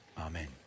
Amen